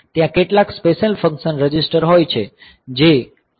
ત્યાં કેટલાક special function register હોય છે જે આ ઈંટરપ્ટ માટે ઉપયોગી છે